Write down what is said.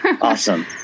Awesome